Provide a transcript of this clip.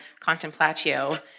contemplatio